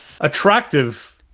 attractive